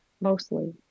Mostly